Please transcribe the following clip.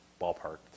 ballpark